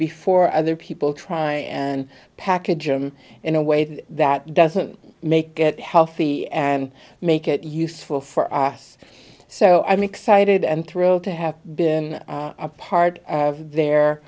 before other people try and package him in a way that doesn't make get healthy and make it useful for us so i'm excited and thrilled to have been a part of their